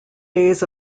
days